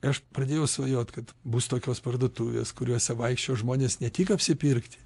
aš pradėjau svajot kad bus tokios parduotuvės kuriose vaikščiojo žmonės ne tik apsipirkti